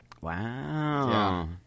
Wow